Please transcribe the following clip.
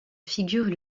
figurent